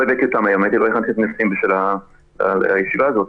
לא הבאתי אותם, לא הכנתי אותם לקראת הישיבה הזאת.